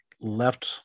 left